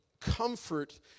comfort